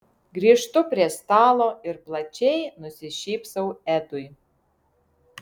grįžtu prie stalo ir plačiai nusišypsau edui